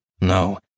No